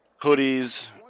hoodies